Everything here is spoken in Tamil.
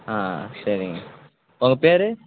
ஆ சரிங்க உங்கள் பேர்